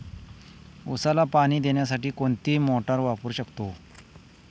उसाला पाणी देण्यासाठी कोणती मोटार वापरू शकतो?